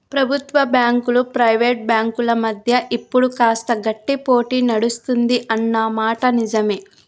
ప్రభుత్వ బ్యాంకులు ప్రైవేట్ బ్యాంకుల మధ్య ఇప్పుడు కాస్త గట్టి పోటీ నడుస్తుంది అన్న మాట నిజవే